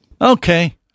Okay